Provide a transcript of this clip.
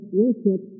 worship